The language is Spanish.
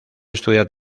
estudia